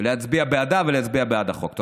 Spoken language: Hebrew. להצביע בעדה ולהצביע בעד החוק.